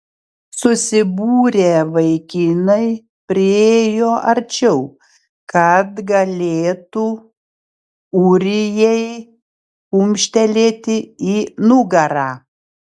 susibūrę vaikinai priėjo arčiau kad galėtų ūrijai kumštelėti į nugarą